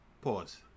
Pause